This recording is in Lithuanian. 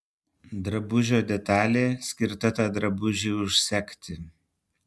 drabužio detalė skirta tą drabužį užsegti